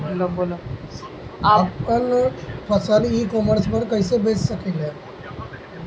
आपन फसल e commerce पर कईसे बेच सकिले?